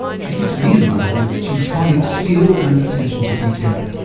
she keeps me in line with teutonic steel and attention to detail.